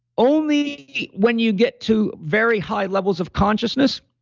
only when you get to very high levels of consciousness,